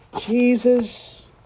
Jesus